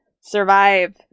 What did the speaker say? survive